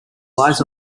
lies